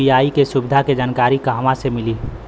UPI के सुविधा के जानकारी कहवा से मिली?